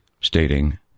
stating